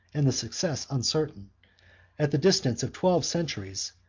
and the success uncertain at the distance of twelve centuries,